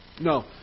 No